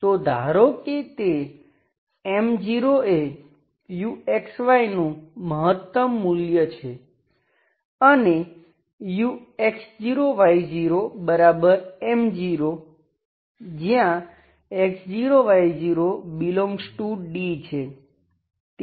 તો ધારો કે તે M0 એ u નું મહત્તમ મૂલ્ય છે અને ux0 y0M0 જ્યાં x0 y0D છે